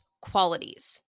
qualities